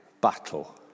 battle